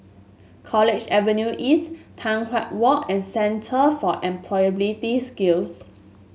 College Avenue East Tai Hwan Walk and Centre for Employability Skills